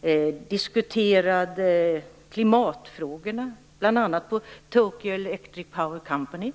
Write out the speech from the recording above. Vi diskuterade klimatfrågor, bl.a. på Tokyo Electric Power Company.